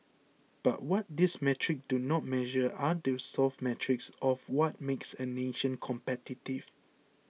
but what these metrics do not measure are the soft metrics of what makes a nation competitive